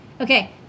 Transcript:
Okay